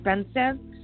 expensive